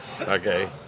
okay